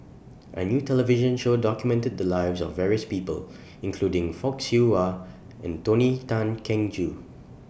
A New television Show documented The Lives of various People including Fock Siew Wah and Tony Tan Keng Joo